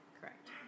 Correct